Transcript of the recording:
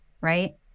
right